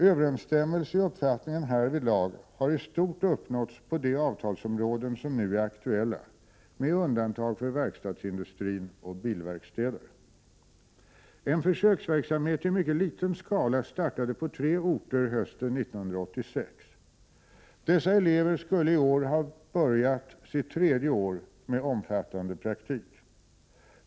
Överensstämmelse i uppfattningen härvidlag har i stort uppnåtts på de avtalsområden som nu är aktuella, med undantag för verkstadsindustrin och bilverkstäder. En försöksverksamhet i mycket liten skala startade på tre orter hösten 1986. Dessa elever skulle i år ha börjat sitt tredje år med omfattande praktik.